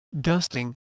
dusting